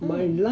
mm